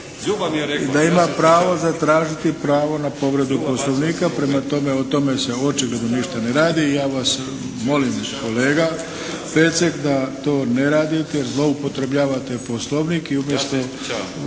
ima pravo zatražiti pravo na povredu Poslovnika, prema tome o tome se očigledno ništa ne radi i ja vas molim kolega Pecek da to ne radite jer zloupotrebljavate Poslovnik i umjesto.